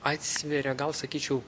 atsveria gal sakyčiau